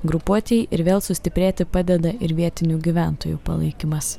grupuotei ir vėl sustiprėti padeda ir vietinių gyventojų palaikymas